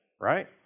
right